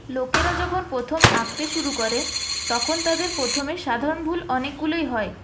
লোকেরা যখন প্রথম আঁকতে শুরু করে তখন তাদের প্রথমেই সাধারণ ভুল অনেকগুলোই হয়